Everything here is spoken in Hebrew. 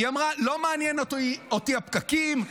היא אמרה: לא מעניינים אותי הפקקים,